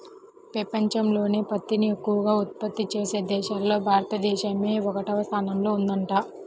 పెపంచంలోనే పత్తిని ఎక్కవగా ఉత్పత్తి చేసే దేశాల్లో భారతదేశమే ఒకటవ స్థానంలో ఉందంట